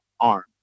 arm